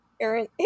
Aaron